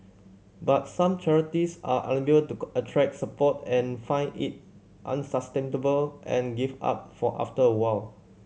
but some charities are to attract support and find it unsustainable and give up for after a while